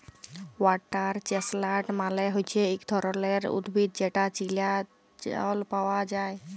water chestnut মালে হচ্যে ইক ধরণের উদ্ভিদ যেটা চীলা জল পায়া যায়